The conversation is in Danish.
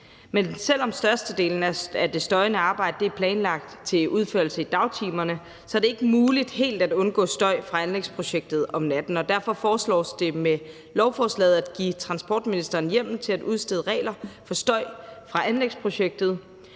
Men selv om størstedelen af det støjende arbejde er planlagt til udførsel i dagtimerne, er det ikke muligt helt at undgå støj fra anlægsprojektet om natten, og derfor foreslås det med lovforslaget at give transportministeren hjemmel til at udstede regler for støj fra anlægsprojektet.